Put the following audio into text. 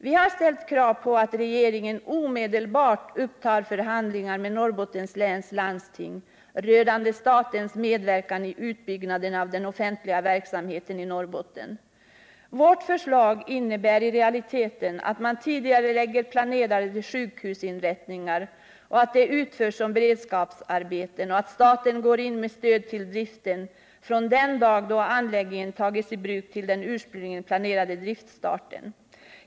Vi har ställt krav på att regeringen omedelbart upptar förhandlingar med Norrbottens läns landsting rörande statens medverkan i utbyggnaden av den offentliga verksamheten i Norrbotten. Vårt förslag innebär i realiteten att man tidigarelägger planerade sjukhusinrättningar, att de utförs som bered skapsarbeten och att staten går in med stöd till driften från den dag då anläggningen tas i bruk till den ursprungligen planerade driftstarten.